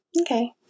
Okay